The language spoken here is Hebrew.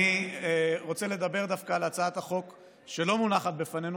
אני רוצה לדבר דווקא על הצעת החוק שלא מונחת בפנינו,